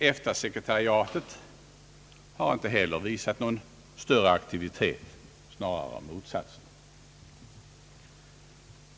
EFTA-sekretariatet har inte heller visat någon större aktivitet — snarare motsatsen.